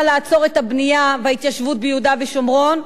לעצור את הבנייה וההתיישבות ביהודה ושומרון,